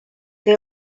they